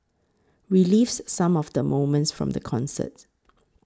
relives some of the moments from the concert